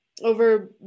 over